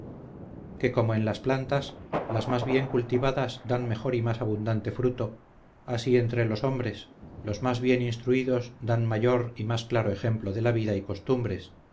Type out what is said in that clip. que como en las plantas las más bien cultivadas dan mejor y más abundante fruto así entre los hombres los más bien instruidos dan mayor y más claro ejemplo de la vida y costumbres